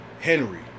Henry